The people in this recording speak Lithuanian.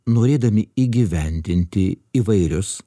norėdami įgyvendinti įvairius